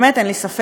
באמת אין לי ספק,